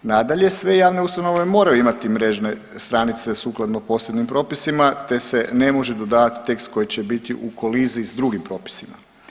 Nadalje, sve javne ustanove moraju imati mrežne stranice sukladno posebnim propisima te se ne može dodavati tekst koji će biti u koliziji s drugim propisima.